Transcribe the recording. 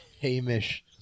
Hamish